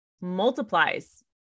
multiplies